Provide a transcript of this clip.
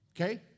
Okay